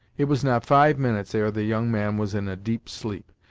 it was not five minutes ere the young man was in a deep sleep,